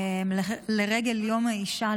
לרגל יום האישה,